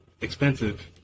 expensive